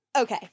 Okay